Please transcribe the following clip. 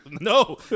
no